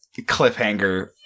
cliffhanger